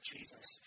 Jesus